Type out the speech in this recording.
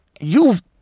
You've